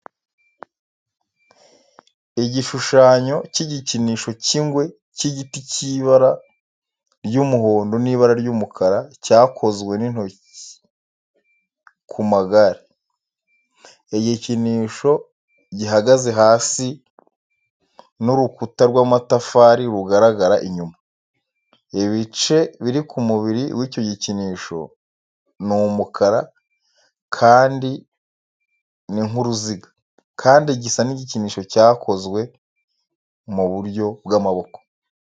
Igishushanyo cy'igikinisho cy'ingwe cy'igiti cy'ibara ry'umuhondo n'ibara ry'umukara cyakozwe n'intoki ku magare. Igikinisho gihagaze hasi n'urukuta rw'amatafari rugaragara inyuma. Ibice biri ku mubiri w'icyo gikinisho ni umukara kandi ni nk'uruziga, kandi gisa n'igikinisho cyakozwe mu buryo bw'amaboko.